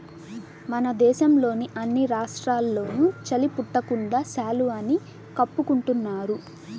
మన దేశంలోని అన్ని రాష్ట్రాల్లోనూ చలి పుట్టకుండా శాలువాని కప్పుకుంటున్నారు